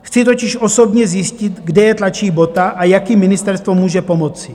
Chci totiž osobně zjistit, kde je tlačí bota a jak jim ministerstvo může pomoci.